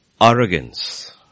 arrogance